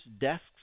desks